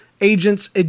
agents